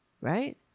Right